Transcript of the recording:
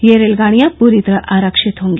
ये रेलगाडियां पूरी तरह आरक्षित होंगी